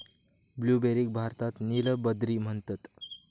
ब्लूबेरीक भारतात नील बद्री म्हणतत